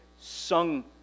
sung